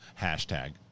hashtag